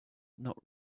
not